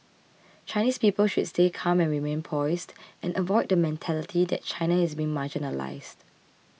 Chinese people should stay calm and remain poised and avoid the mentality that China is being marginalised